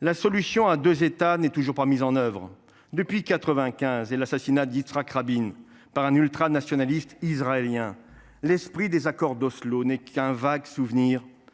la solution à deux États n’est toujours pas mise en œuvre. Depuis 1995 et l’assassinat d’Yitzhak Rabin par un ultranationaliste israélien, l’esprit des accords d’Oslo n’est qu’un vague souvenir